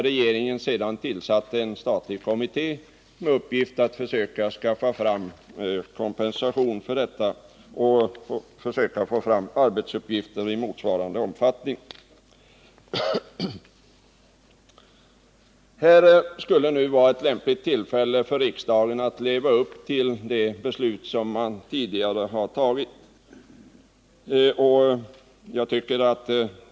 Regeringen tillsatte sedan en statlig kommitté med uppgift att skaffa kompensation och få fram andra sysselsättningstillfällen i motsvarande omfattning. Här är nu ett lämpligt tillfälle för riksdagen att leva upp till det beslut man har tagit tidigare.